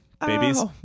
babies